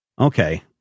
Okay